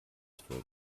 zwölf